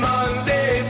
Monday